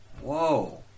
Whoa